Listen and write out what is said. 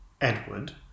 Edward